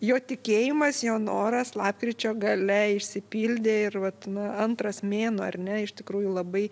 jo tikėjimas jo noras lapkričio gale išsipildė ir vat na antras mėnuo ar ne iš tikrųjų labai